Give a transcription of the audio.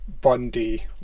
Bundy